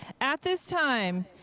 at this time,